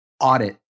audit